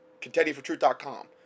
contendingfortruth.com